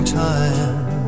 time